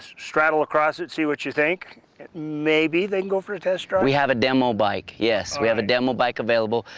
straddle across it, see what you think maybe they can go for a test drive? russ we have a demo bike yes. we have a demo bike available.